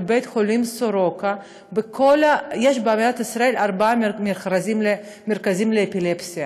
בבית-חולים "סורוקה" יש במדינת ישראל ארבעה מרכזים לאפילפסיה,